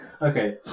okay